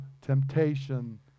temptation